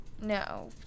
no